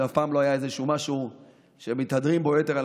זה אף פעם לא היה משהו שמתהדרים בו יתר על